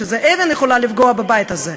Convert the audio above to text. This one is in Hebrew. שאבן יכולה לפגוע בבית כזה,